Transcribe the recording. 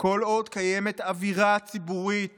כל עוד קיימת אווירה ציבורית